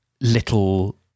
little